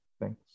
thanks